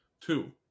Two